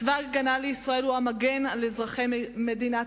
צבא-הגנה לישראל הוא המגן על אזרחי מדינת